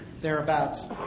thereabouts